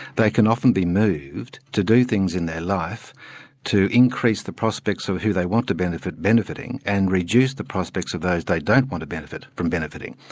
they can often be moved to do things in their life to increase the prospects of who they want to benefit benefiting, and reduce the prospects of those they don't want to benefit from benefiting.